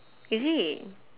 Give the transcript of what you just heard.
is it